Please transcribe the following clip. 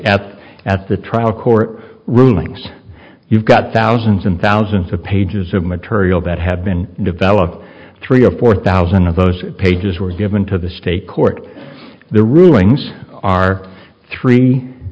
the at the trial court rulings you've got thousands and thousands of pages of material that have been developed three or four thousand of those pages were given to the state court the rulings are three